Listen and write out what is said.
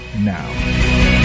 now